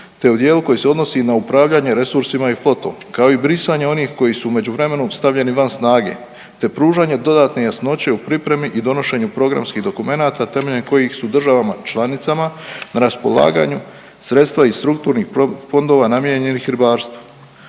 te u dijelu koji se odnosi na upravljanje resursima i flotom, kao i brisanje onih koji su u međuvremenu stavljeni van snage te pružanjem dodatne jasnoće u pripremi i donošenju programskih dokumenata temeljem kojih su državama članicama na raspolaganju sredstva iz strukturnih fondova namijenjenih ribarstvu.